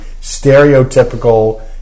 stereotypical